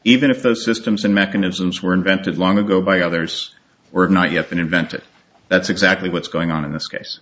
even if those systems and mechanisms were invented long ago by others were not yet been invented that's exactly what's going on in this case